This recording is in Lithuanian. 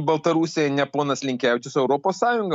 baltarusija ne ponas linkevičius o europos sąjunga